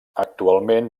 actualment